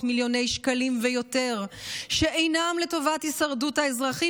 מיליוני שקלים ויותר שאינם לטובת הישרדות האזרחים